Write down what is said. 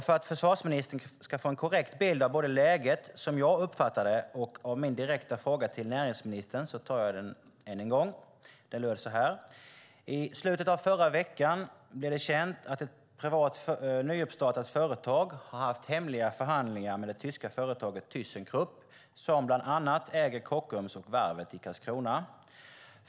För att försvarsministern ska få en korrekt bild av både läget, som jag uppfattar det, och av min direkta fråga till näringsministern tar jag den än en gång. Den löd så här: I slutet av förra veckan blev det känt att ett privat nystartat företag har haft hemliga förhandlingar med det tyska företaget Thyssen Krupp, som bland annat äger Kockums och varvet i Karlskrona.